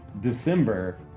December